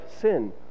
sin